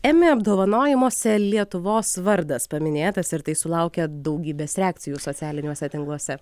emmy apdovanojimuose lietuvos vardas paminėtas ir tai sulaukia daugybės reakcijų socialiniuose tinkluose